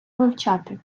вивчати